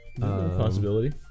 possibility